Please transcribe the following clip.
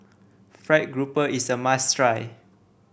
fried grouper is a must try